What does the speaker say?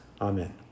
Amen